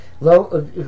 low